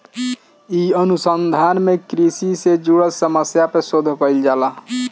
इ अनुसंधान में कृषि से जुड़ल समस्या पे शोध कईल जाला